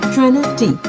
Trinity